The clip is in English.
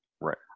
Right